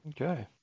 Okay